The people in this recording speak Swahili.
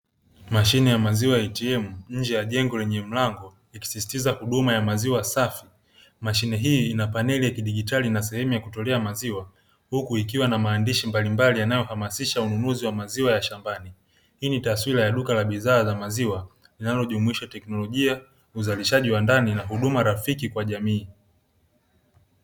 Mashine ya maziwa ya ATM, nje ya jengo lenye mlango; ikisisitiza huduma ya maziwa safi. Mashine hii na paneli ya kidijitali na sehemu ya kutolea maziwa huku ikiwa na maandishi mbalimbali yanayohamasisha ununuzi wa maziwa ya shambani. Hii ni taswira ya duka la bidhaa za maziwa linalojumuisha teknolojia, uzalishaji wa ndani na huduma rafiki kwa jamii.